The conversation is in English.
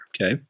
Okay